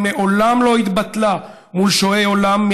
היא מעולם לא התבטלה מול שועי עולם,